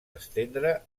estendre